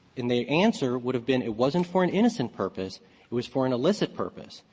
and the answer would have been it wasn't for an innocent purpose it was for an illicit purpose.